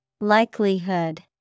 Likelihood